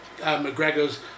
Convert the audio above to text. McGregor's